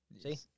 See